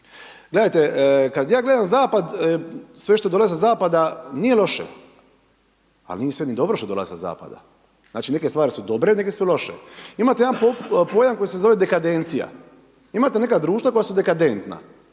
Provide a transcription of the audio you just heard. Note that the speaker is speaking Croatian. Gledajte, kad ja gledam zapad, sve što dolazi sa zapada nije loše, ali nije ni sve dobro što dolazi sa zapada. Znači, neke stvari su dobre, neke su loše. Imate jedan pojam koji se zove dekadencija. Imate neka društva koja su dekadentna.